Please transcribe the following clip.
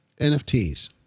NFTs